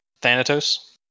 Thanatos